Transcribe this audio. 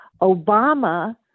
Obama